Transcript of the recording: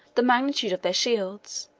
the magnitude of their shields,